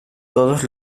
todos